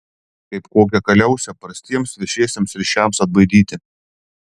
kaip kokią kaliausę prastiems viešiesiems ryšiams atbaidyti